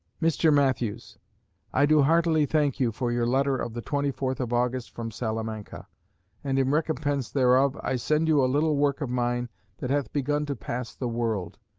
mr. matthews i do heartily thank you for your letter of the twenty fourth of august from salamanca and in recompense thereof i send you a little work of mine that hath begun to pass the world.